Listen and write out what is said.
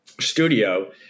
Studio